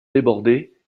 débordés